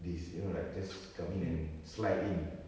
this you know like just come in and slide in